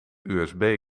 usb